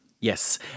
Yes